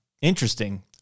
interesting